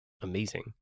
amazing